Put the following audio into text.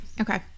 Okay